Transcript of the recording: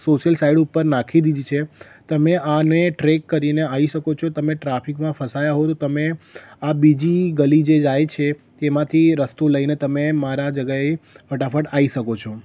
social side ઉપર નાખી દીધી છે તમે આને ટ્રેક કરીને આવી શકો છો તમે ટ્રાફિકમાં ફસાયા હોય તો તમે આ બીજી ગલી જે જાય છે તેમાંથી રસ્તો લઈને તમે મારા જગાએ ફટાફટ આવી શકો છો